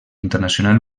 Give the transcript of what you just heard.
internacional